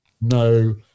no